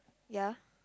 ya